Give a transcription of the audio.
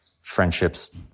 friendships